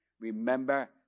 remember